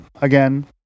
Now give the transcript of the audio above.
again